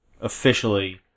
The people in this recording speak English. officially